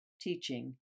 teaching